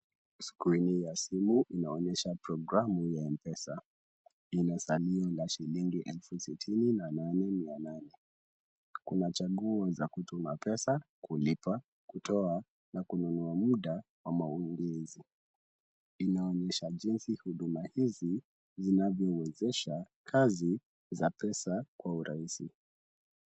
Skrini ya simu inaonyesha programu ya Mpesa. Ina salio la shilingi elfu sitini na nane mia nane. Kuna chaguo za kutuma pesa, kulipa, kutoa na kununua muda ama uongezi. Inaonyesha jinsi huduma hizi zinavyowezesha kazi za pesa kwa urahisi.